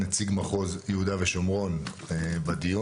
נציג מחוז יהודה ושומרון בדיון.